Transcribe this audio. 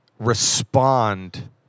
respond